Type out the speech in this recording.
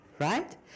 right